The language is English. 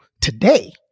today